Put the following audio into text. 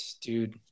Dude